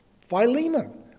Philemon